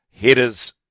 headers